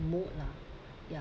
mode lah ya